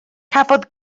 cafodd